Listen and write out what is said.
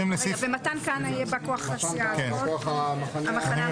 מתן כהנא יהיה בא כוח הסיעה של המחנה הממלכתי.